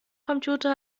computer